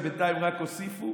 ובינתיים רק הוסיפו.